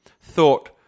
thought